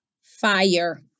Fire